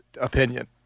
opinion